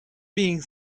being